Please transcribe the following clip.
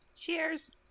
Cheers